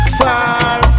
far